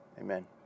Amen